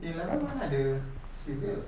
A level mana ada civil